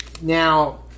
Now